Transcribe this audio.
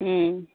ம்